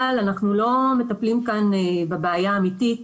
אבל אנחנו לא מטפלים כאן בבעיה האמיתית.